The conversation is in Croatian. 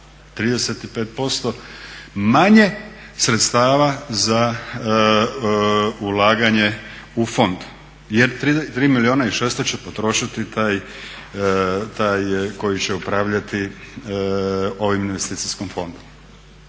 35% manje sredstava za ulaganje u fond, jer 3 milijuna i 600 će potrošiti taj koji će upravljati ovim investicijskim fondom.